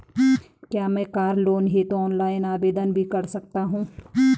क्या मैं car loan हेतु ऑनलाइन आवेदन भी कर सकता हूँ?